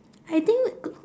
I think